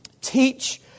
teach